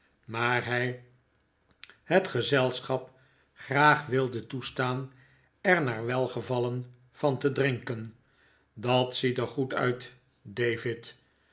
maar hij het gezelschap graag wilde toestaan er naar welgevallen van te drinken dat ziet er goed uit david